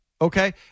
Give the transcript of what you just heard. okay